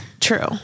True